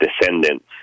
descendants